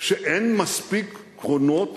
שאין מספיק קרונות